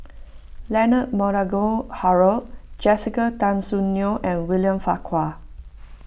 Leonard Montague Harrod Jessica Tan Soon Neo and William Farquhar